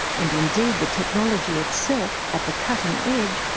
and indeed the technology itself, at the cutting edge,